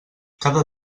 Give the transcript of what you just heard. cada